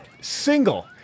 Single